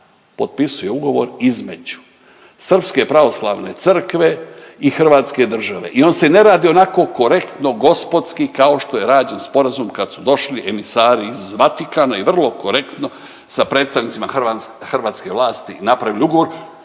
potpisuje ugovor između srpske pravoslavne crkve i Hrvatske države i on se ne radi onako korektno gospodski kao što je rađen sporazum kad su došli emisari iz Vatikana i vrlo korektno sa predstavnicima hrvatske vlasti napravili ugovor.